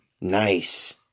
Nice